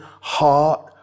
heart